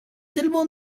syllable